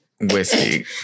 whiskey